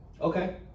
Okay